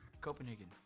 Copenhagen